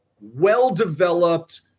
well-developed